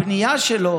הפנייה שלו